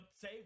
say